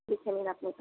লিখে নিন আপনি তাহলে